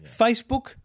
Facebook